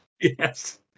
yes